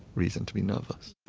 reason to be nervous